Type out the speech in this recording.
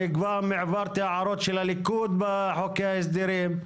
אני כבר העברתי הערות של הליכוד בחוק ההסדרים.